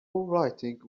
writing